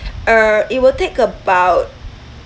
err it will take about